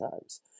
times